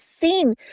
seen